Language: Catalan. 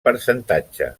percentatge